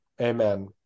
Amen